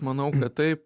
manau kad taip